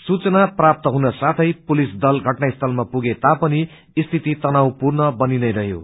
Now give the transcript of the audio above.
सूचना प्राप्त हुन साथै पुलिस दल घटनास्थलमा पुगे तापनि स्थिति तनावपूर्ण बनिरहेको छ